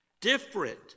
different